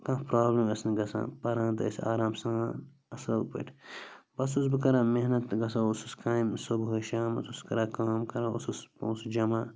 کانٛہہ پرٛابلِم ٲسۍ نہٕ گژھان پران تہِ ٲسۍ آرام سان اَصٕل پٲٹھۍ بَس اوسُس بہٕ کران محنت تہِ گژھان اوسُس کامہِ صُبحٲے شامَس اوسُس کران کٲم کران اوسُس پونٛسہٕ جَمع